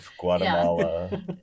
Guatemala